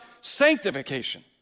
sanctification